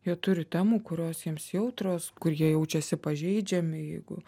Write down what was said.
jau turi temų kurios jiems jautros kur jie jaučiasi pažeidžiami jeigu